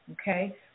okay